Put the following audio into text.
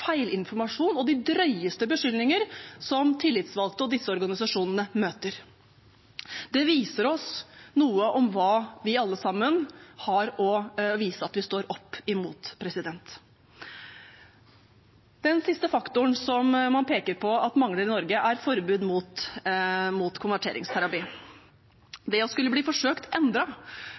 feilinformasjon og de drøyeste beskyldninger som tillitsvalgte og disse organisasjonene møter. Det sier oss noe om hva vi alle sammen må vise at vi står opp imot. Den siste faktoren som man peker på at mangler i Norge, er forbud mot konverteringsterapi. Det å skulle bli forsøkt